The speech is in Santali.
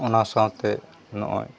ᱚᱱᱟ ᱥᱟᱶᱛᱮ ᱱᱚᱜᱼᱚᱭ